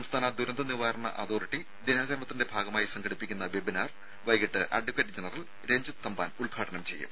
സംസ്ഥാന ദുരന്ത നിവാരണ അതോറിറ്റി ദിനാചരണത്തിന്റെ ഭാഗമായി സംഘടിപ്പിക്കുന്ന വെബിനാർ വൈകിട്ട് അഡ്വക്കറ്റ് ജനറൽ രഞ്ജിത് തമ്പാൻ ഉദ്ഘാടനം ചെയ്യും